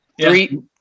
Three